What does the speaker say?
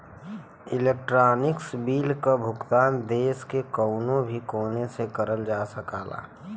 electronic bill क भुगतान देश के कउनो भी कोने से करल जा सकला